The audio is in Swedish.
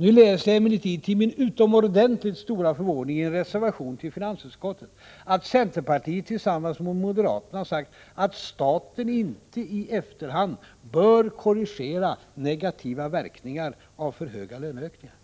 Nu läser jag emellertid — till min utomordentligt stora förvåning — i en reservation till finansutskottet att centerpartiet tillsammans med moderaterna sagt att: ”Staten bör inte i efterhand korrigera negativa verkningar av för höga löneökningar.”